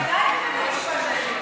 ודאי בבית המשפט העליון,